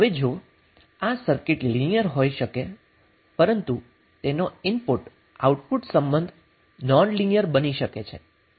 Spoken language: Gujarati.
હવે જો આ સર્કિટ લિનિયર હોઈ શકે પરંતુ તેનો ઇનપુટ આઉટપુટ સંબંધ નોનલિનિયર બની શકે છે